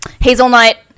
hazelnut